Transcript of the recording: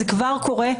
זה כבר קורה,